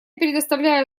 предоставляю